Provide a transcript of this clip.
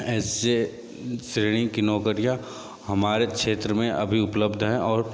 ऐसे श्रेणी की नौकरियाँ हमारे क्षेत्र में अभी उपलब्ध है और